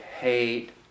hate